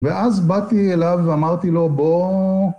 ואז באתי אליו ואמרתי לו בוא